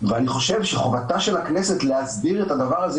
ואני חושב שחובתה של הכנסת להסדיר את הדבר הזה